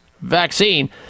vaccine